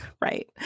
Right